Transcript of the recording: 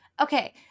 Okay